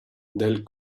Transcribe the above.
del